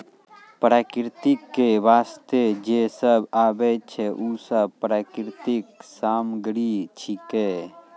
प्रकृति क वास्ते जे सब आबै छै, उ सब प्राकृतिक सामग्री छिकै